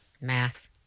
Math